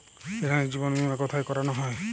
এখানে জীবন বীমা কোথায় করানো হয়?